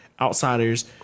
outsiders